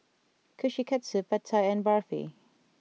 Kushikatsu Pad Thai and Barfi